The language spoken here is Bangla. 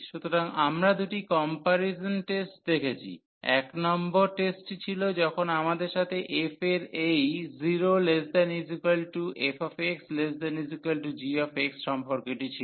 সুতরাং আমরা দুটি কম্পারিজন টেস্ট দেখেছি 1 নম্বর টেস্টটি ছিল যখন আমাদের সাথে f এর এই 0≤fx≤gx সম্পর্কটি ছিল